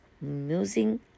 musing